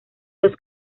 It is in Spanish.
los